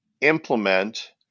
implement